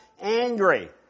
angry